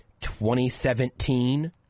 2017